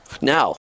now